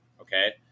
Okay